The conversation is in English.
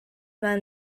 man